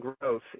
growth